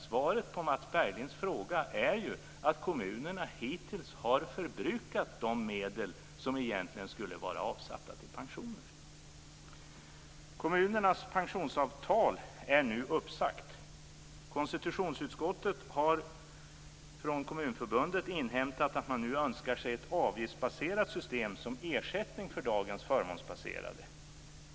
Svaret på Mats Berglinds fråga är att kommunerna hittills har förbrukat de medel som egentligen skulle vara avsatta till pensioner. Kommunernas pensionsavtal är nu uppsagt. Konstitutionsutskottet har från Kommunförbundet inhämtat att man nu önskar sig ett avigiftsbaserat system som ersättning för dagens förmånsbaserade.